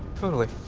totally.